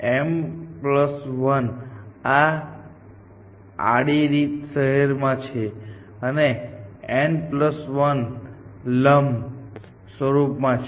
m 1 આડી રીતે શહેરમાં છે અને n 1 લંબ સ્વરૂપમાં છે